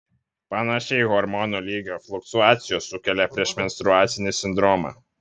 panašiai hormonų lygio fluktuacijos sukelia priešmenstruacinį sindromą